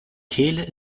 kehle